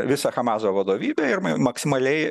visą hamazo vadovybę ir ma maksimaliai